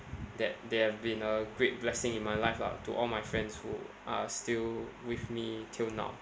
that they have been a great blessing in my life lah to all my friends who are still with me till now